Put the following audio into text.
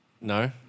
No